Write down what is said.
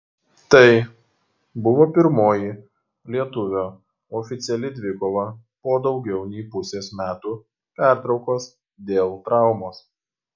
tai buvo pirmoji lietuvio oficiali dvikova po daugiau nei pusės metų pertraukos dėl traumos